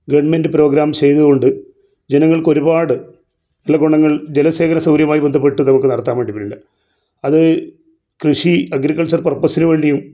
government programme ചെയ്തുകൊണ്ട് ജനങ്ങൾക്കൊരുപാട് ഉള ഗുണങ്ങൾ ജലസേചന സൗകര്യമായി ബന്ധപ്പെട്ട് നമുക്ക് നടത്താൻ വേണ്ടി പറ്റുന്നുണ്ട് അത് കൃഷി അഗ്രിക്കൾച്ചർ പർപ്പസിന് വേണ്ടിയും